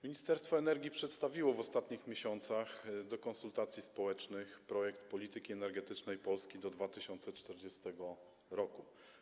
Ministerstwo Energii przedstawiło w ostatnich miesiącach do konsultacji społecznych projekt „Polityki energetycznej Polski do 2040 r.